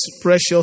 precious